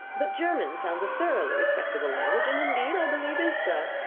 but german sounds a thoroughly respectable language, and indeed, i believe is so.